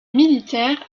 militaire